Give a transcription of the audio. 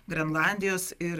grenlandijos ir